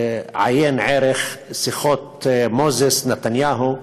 עיין ערך שיחות מוזס נתניהו,